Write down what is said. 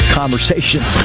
conversations